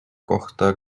kohta